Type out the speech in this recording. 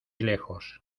lejos